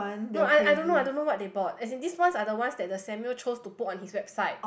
no I I don't know I don't know what they bought as in these ones are the ones that the Samuel chose to put on his website